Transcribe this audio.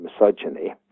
misogyny